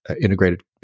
integrated